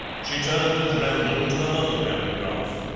she turned at random to another paragraph.